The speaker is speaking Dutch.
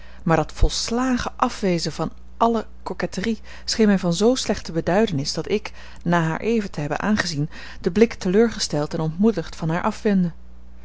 maar dat volslagen afwezen van alle coquetterie scheen mij van zoo slechte beduidenis dat ik na haar even te hebben aangezien den blik teleurgesteld en ontmoedigd van haar afwendde